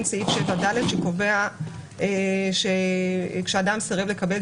סעיף 7(ד) שקובע שכאשר אדם סירב לקבל,